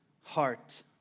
heart